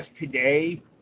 today